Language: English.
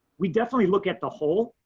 we definitely look at the whole,